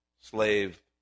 slave